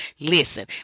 Listen